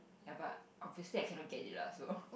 ya but obviously I cannot get it lah so